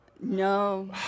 No